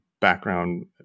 background